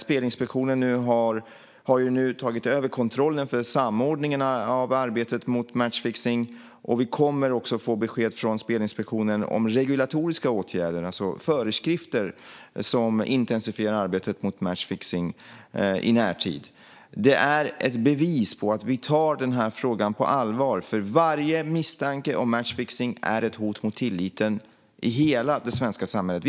Spelinspektionen har nu tagit över kontrollen och samordningen av arbetet mot matchfixning. Vi kommer också att få besked från Spelinspektionen om regulatoriska åtgärder, alltså föreskrifter, som intensifierar arbetet mot matchfixning i närtid. Detta är ett bevis på att vi tar den här frågan på allvar. Varje misstanke om matchfixning är ett hot mot tilliten i hela det svenska samhället.